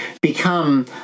become